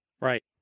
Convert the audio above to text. Right